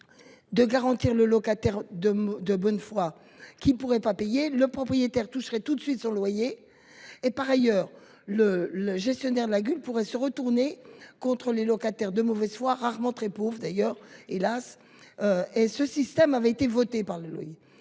De garantir le locataire de de bonne foi qui pourraient pas payer le propriétaire toucherait toute de suite son loyer et par ailleurs le le gestionnaire de gueule pourrait se retourner contre les locataires de mauvaise foi, rarement très pauvres d'ailleurs hélas. Et ce système avait été voté par le louer.